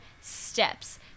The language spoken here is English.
steps